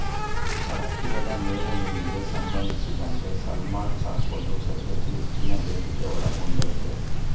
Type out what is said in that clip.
ಸಾಕಿರದ ಮೇವು ಮೀನಿಗೆ ಸಂಬಂಧಿಸಿದಂತೆ ಸಾಲ್ಮನ್ ಸಾಕೋದು ಸದ್ಯಕ್ಕೆ ಹೆಚ್ಚಿನ ಬೇಡಿಕೆ ಒಳಗೊಂಡೈತೆ